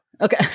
Okay